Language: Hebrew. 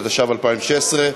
התשע"ו 2016,